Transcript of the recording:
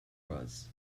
was